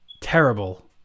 terrible